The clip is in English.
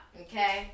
okay